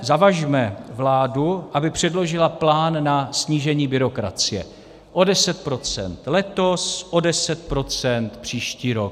Zavažme vládu, aby předložila plán na snížení byrokracie o 10 % letos, o 10 % příští rok.